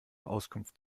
auskunft